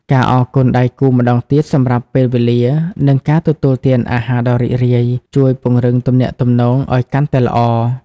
ការអរគុណដៃគូម្ដងទៀតសម្រាប់ពេលវេលា និងការទទួលទានអាហារដ៏រីករាយ ជួយពង្រឹងទំនាក់ទំនងឱ្យកាន់តែល្អ។